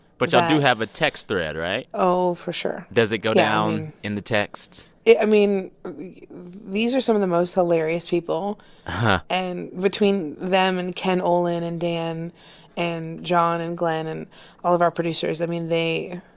but y'all do have a text thread, right? oh, for sure does it go down in the texts? i mean these are some of the most hilarious people and between them and ken olin and dan and john and glenn and all of our producers, i mean they